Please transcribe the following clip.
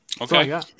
Okay